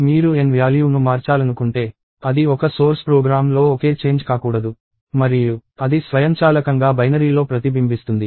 మీరు n value ను మార్చాలనుకుంటే అది ఒక సోర్స్ ప్రోగ్రామ్లో ఒకే చేంజ్ కాకూడదు మరియు అది స్వయంచాలకం గా బైనరీలో ప్రతిబింబిస్తుంది